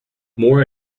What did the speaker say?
more